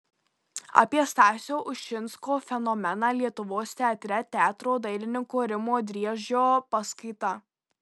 apie stasio ušinsko fenomeną lietuvos teatre teatro dailininko rimo driežio paskaita